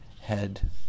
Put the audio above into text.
head